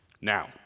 Now